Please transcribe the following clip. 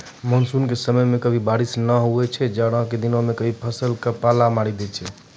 monsoon के समय मॅ कभी बारिश नाय होय छै, जाड़ा के दिनों मॅ कभी फसल क पाला मारी दै छै